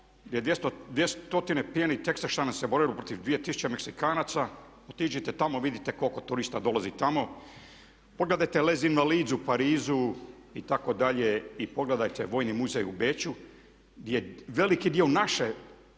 gdje je 200 pijanih Teksašana se borilo protiv 2000 Meksikanaca, otiđite tamo i vidite koliko turista dolazi tamo. Pogledajte …/Ne razumije se./… u Parizu itd. I pogledajte Vojni muzej u Beču gdje je veliki dio naše